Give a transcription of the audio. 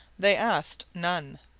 they asked none.